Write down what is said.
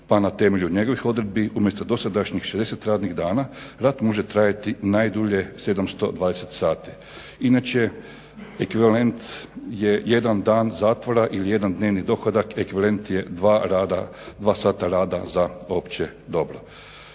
pa na temelju njegovih odredbi umjesto dosadašnjih 60 radnih dana rad može trajati najdulje 720 sati. Inače ekvivalent je jedan dan zatvora ili jedan dnevni dohodak ekvivalent je dva sata rada za opće dobro.